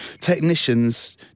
Technicians